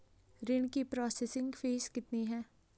ऋण की processing fee कितनी है?